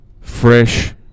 Fresh